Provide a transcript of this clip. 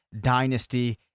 dynasty